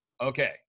okay